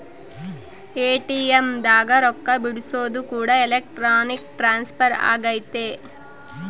ATM ದಾಗ ರೊಕ್ಕ ಬಿಡ್ಸೊದು ಕೂಡ ಎಲೆಕ್ಟ್ರಾನಿಕ್ ಟ್ರಾನ್ಸ್ಫರ್ ಅಗೈತೆ